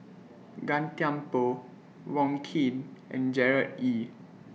Gan Thiam Poh Wong Keen and Gerard Ee